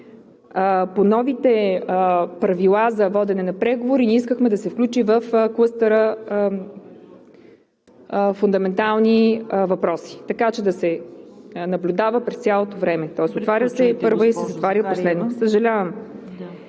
По новите правила за водене на преговори ние искахме да се включи в клъстера „Фундаментални въпроси“, така че да се наблюдава през цялото време, тоест отваря се първо и се затваря последно.